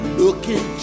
looking